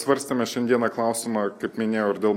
svarstėme šiandieną klausimą kaip minėjau ir dėl